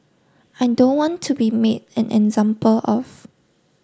I don't want to be made an example of